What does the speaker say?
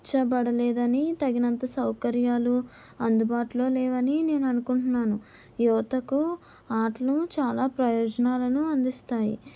చబడలేదని తగినంత సౌకర్యాలు అందుబాటులో లేవని నేను అనుకుంటున్నాను యువతకు ఆటలు చాలా ప్రయోజనాలను అందిస్తాయి